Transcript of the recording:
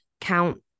count